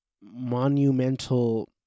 monumental